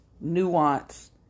nuance